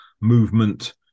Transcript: movement